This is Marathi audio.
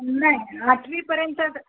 नाही आठवीपर्यंत